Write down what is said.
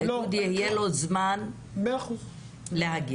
לאיגוד יהיה זמן להגיב.